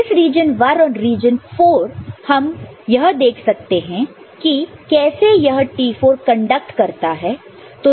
इस region I और region IV हम यह देखते हैं कि कैसे यह T4 कंडक्ट करता है